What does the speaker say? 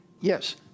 Yes